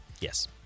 Yes